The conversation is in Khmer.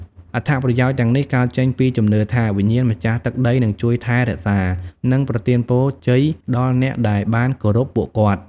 អត្ថប្រយោជន៍ទាំងនេះកើតចេញពីជំនឿថា វិញ្ញាណម្ចាស់ទឹកដីនឹងជួយថែរក្សា និងប្រទានពរជ័យដល់អ្នកដែលបានគោរពពួកគាត់។